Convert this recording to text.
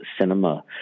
cinema